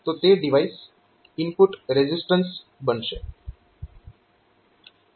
તો તે device input resistance બનશે